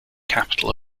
capital